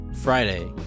friday